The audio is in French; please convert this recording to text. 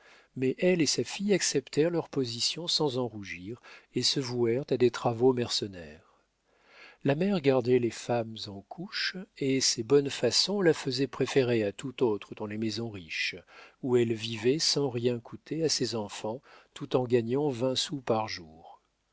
mais elle et sa fille acceptèrent leur position sans en rougir et se vouèrent à des travaux mercenaires la mère gardait les femmes en couche et ses bonnes façons la faisaient préférer à toute autre dans les maisons riches où elle vivait sans rien coûter à ses enfants tout en gagnant vingt sous par jour